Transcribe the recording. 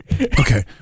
Okay